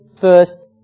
first